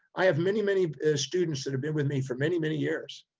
i have many, many students that have been with me for many, many years.